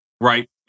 right